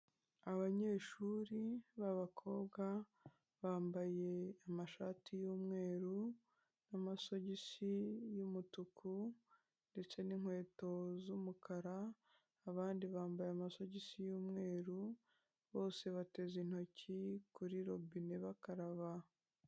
Abanyeshuri b'abakobwa bambaye amashati y'umweru, amasogisi y'umutuku ndetse n'inkweto z'umukara, abandi bambaye amasogisi y'umweru bose bateze intoki kuri robine bakaraba.